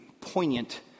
poignant